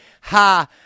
ha